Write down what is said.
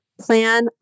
Plan